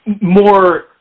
more